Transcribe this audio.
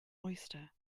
oyster